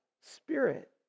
Spirit